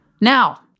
Now